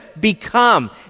become